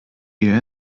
ihr